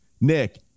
Nick